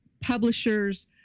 publishers